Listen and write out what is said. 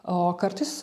o kartais